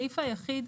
הסעיף היחיד,